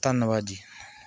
ਧੰਨਵਾਦ ਜੀ